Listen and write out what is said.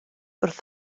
wrth